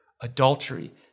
adultery